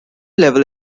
level